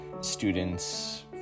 students